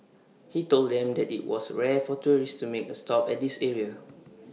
he told them that IT was rare for tourists to make A stop at this area